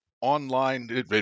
online